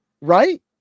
right